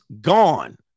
gone